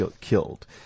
killed